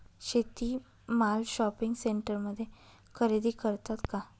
शेती माल शॉपिंग सेंटरमध्ये खरेदी करतात का?